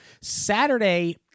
Saturday